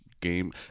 game